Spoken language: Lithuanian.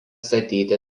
statyti